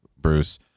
Bruce